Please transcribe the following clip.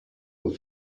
were